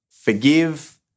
Forgive